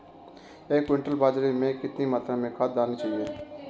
एक क्विंटल बाजरे में कितनी मात्रा में खाद डालनी चाहिए?